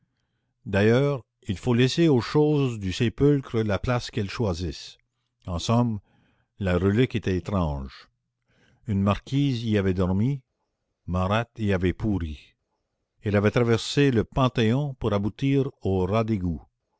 d'ailleurs il faut laisser aux choses du sépulcre la place qu'elles choisissent en somme la relique était étrange une marquise y avait dormi marat y avait pourri elle avait traversé le panthéon pour aboutir aux